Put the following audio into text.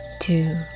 two